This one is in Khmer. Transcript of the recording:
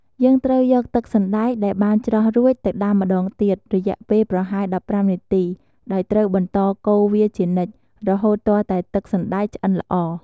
យើងត្រូវយកទឹកសណ្ដែកដែលបានច្រោះរួច ទៅដាំម្តងទៀត រយៈពេលប្រហែល ១៥ នាទី ដោយត្រូវបន្តកូរវាជានិច្ច រហូតទាល់តែទឹកសណ្ដែកឆ្អិនល្អ។